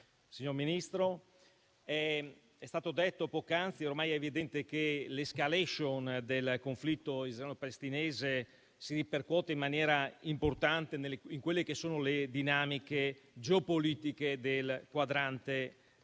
Signor Ministro, come è stato detto pocanzi, è ormai evidente che l'*escalation* del conflitto israelo-palestinese si ripercuote in maniera importante nelle dinamiche geopolitiche del quadrante meridionale.